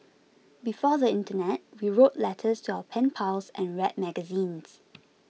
before the internet we wrote letters to our pen pals and read magazines